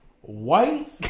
white